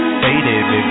faded